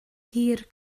hir